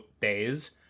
days